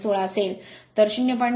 16 असेल तर 0